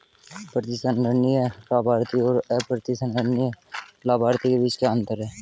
प्रतिसंहरणीय लाभार्थी और अप्रतिसंहरणीय लाभार्थी के बीच क्या अंतर है?